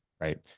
right